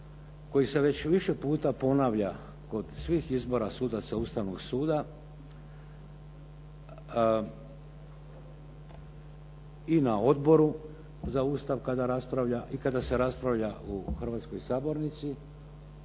koji se već više puta ponavlja kod svih izbora sudaca Ustavnog suda i na Odboru za Ustav kada raspravlja i kada se raspravlja u hrvatskoj sabornici